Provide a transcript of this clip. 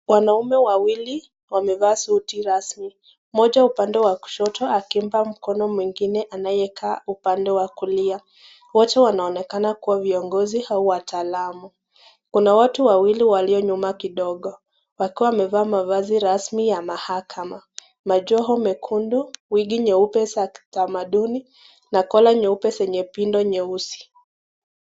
Wanaume wawili wamevaa suti rasmi, mmoja upande wa kushoto akimpa mkono mwingine anayekaa upande wa kulia. Wote wanaonekana kuwa viongozi au wataalam. Kuna Kuna watu wawili walio nyuma kidogo wakiwa wamevaa mavazi rasmi ya mahakama, majoho mekundu, wigi nyeupe za kitamaduni na kola nyeupe zenye pindu nyeusi.